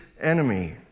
enemy